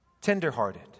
tenderhearted